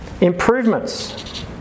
improvements